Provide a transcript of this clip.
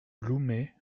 loumet